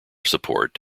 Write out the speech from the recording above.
support